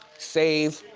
save.